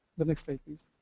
the next slide please.